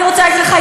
אני רוצה להגיד לך,